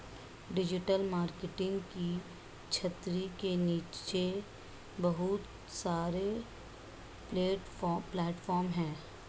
digital marketing की छतरी के नीचे बहुत सारे प्लेटफॉर्म हैं